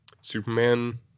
Superman